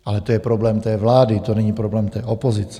Ale to je problém té vlády, to není problém té opozice.